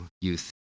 youth